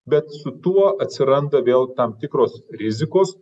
bet su tuo atsiranda vėl tam tikros rizikos